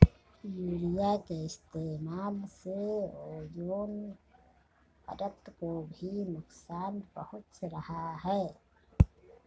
urea के इस्तेमाल से ओजोन परत को भी नुकसान पहुंच रहा है